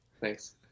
thanks